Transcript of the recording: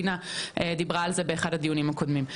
דינה דיברה על זה באחד הדיונים הקודמים.